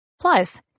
Plus